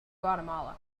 guatemala